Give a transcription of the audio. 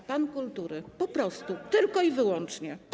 A pan kultury, po prostu, tylko i wyłącznie.